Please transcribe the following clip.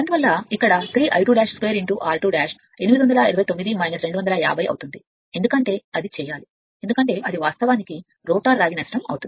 అందువల్ల ఇక్కడ 3 I2 2 r 2 829 250 అవుతుంది ఎందుకంటే అది తయారు చేయాలి ఎందుకంటే అది వాస్తవానికి రోటర్ రాగి నష్టం అవుతుంది